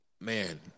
man